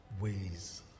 ways